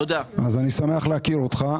אני שמח להכיר אותך.